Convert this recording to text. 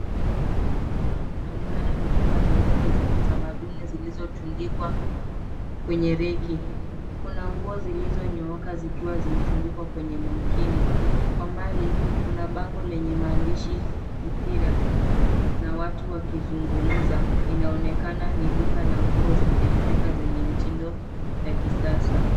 Duka la nguo linaonekana likiwa na nguo za kitamaduni zilizotundikwa kwenye reki. Kuna nguo zilizonyooka zikiwa zimetundikwa kwenye manekini. Kwa mbali kuna bango lenye maandishi Ithira na watu wakizungumza. Inaonekana ni duka la nguo za Kiafrika zenye mtindo ya kisasa.